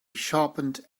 sharpened